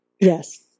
Yes